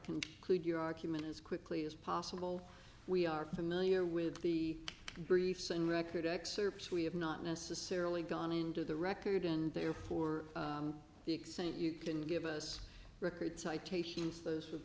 you conclude your argument as quickly as possible we are familiar with the briefs and record excerpts we have not necessarily gone into the record and therefore the accent you can give us record citations those would